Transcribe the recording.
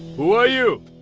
who are you?